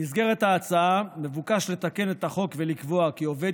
במסגרת ההצעה מבוקש לתקן את החוק ולקבוע כי עובד